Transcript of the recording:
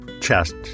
chest